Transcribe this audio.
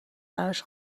براش